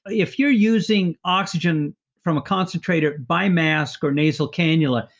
if you're using oxygen from a concentrator by mask or nasal cannula,